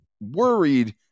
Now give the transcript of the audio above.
worried